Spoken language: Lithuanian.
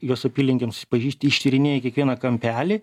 jos apylinkėms pažįsti ištyrinėji kiekvieną kampelį